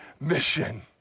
mission